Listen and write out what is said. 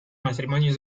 matrimonio